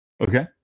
okay